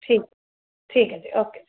ਠੀਕ ਠੀਕ ਹੈ ਜੀ ਓਕੇ ਜੀ